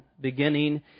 beginning